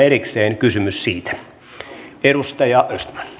erikseen kysymys siitä edustaja